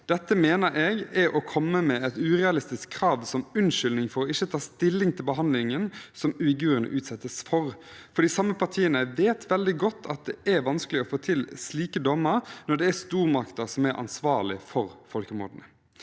uigurene og brudd på internasjonal rett krav som unnskyldning for ikke å ta stilling til behandlingen som uigurene utsettes for. De samme partiene vet veldig godt at det er vanskelig å få til slike dommer når det er stormakter som er ansvarlig for folkemordet.